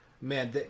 man